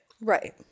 Right